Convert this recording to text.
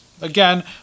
Again